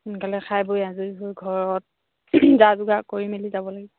সোনকালে খাই বৈ আজৰি হৈ ঘৰত যা যোগাৰ কৰি মেলি যাব লাগিব